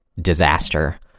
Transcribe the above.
disaster